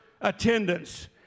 attendance